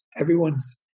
everyone's